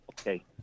Okay